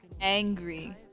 angry